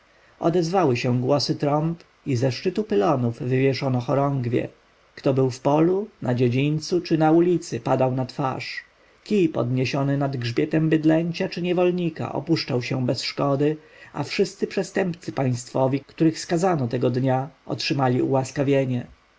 odezwały się głosy trąb i ze szczytu pylonów wywieszono chorągwie kto był w polu na dziedzińcu czy na ulicy padał na twarz kij podniesiony nad grzbietem bydlęcia czy niewolnika opuszczał się bez szkody a wszyscy przestępcy państwowi których skazano tego dnia otrzymali ułaskawienie